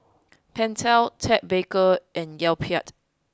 Pentel Ted Baker and Yoplait